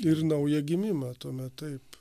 ir naują gimimą tuomet taip